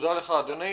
תודה לך, אדוני.